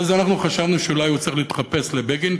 ואז אנחנו חשבנו שאולי הוא צריך להתחפש לבגין,